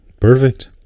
perfect